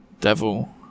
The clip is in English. devil